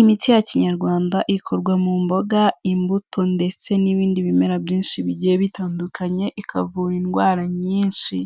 imiti ya kinyarwanda ikorwa mu mboga, imbuto ndetse n'ibindi bimera byinshi bigiye bitandukanye ikavura indwara nyinshi.